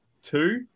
Two